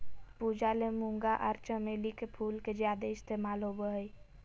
पूजा ले मूंगा आर चमेली के फूल के ज्यादे इस्तमाल होबय हय